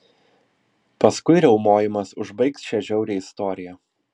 paskui riaumojimas užbaigs šią žiaurią istoriją